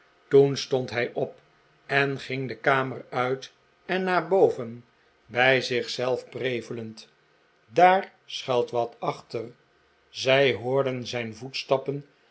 toen stond hij op en ging de kamer uit en naar boven bij zich zelf prevelend daar schuilt wat achter zij hoorden zijn voetstappen